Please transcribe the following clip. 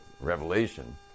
revelation